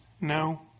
No